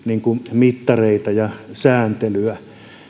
mittareita ja sääntelyä